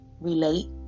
relate